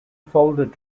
folded